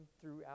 throughout